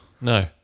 No